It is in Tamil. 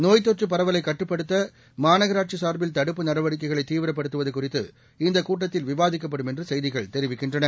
நோய்த்தொற்று பரவலை கட்டுப்படுத்த மாநகாட்சி சார்பில் தடுப்பு நடவடிக்கைகளை தீவிரப்படுத்துவது குறித்து இந்த கூட்டத்தில் விவாதிக்கப்படும் என்று செய்திகள் தெரிவிக்கின்றன